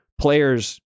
players